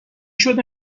شده